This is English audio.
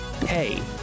pay